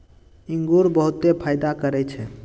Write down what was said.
इंगूर बहुते फायदा करै छइ